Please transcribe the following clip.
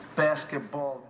basketball